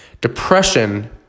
Depression